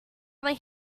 other